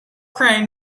crane